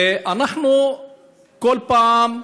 ואנחנו כל פעם,